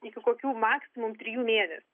iki kokių maksimum trijų mėnesių